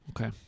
Okay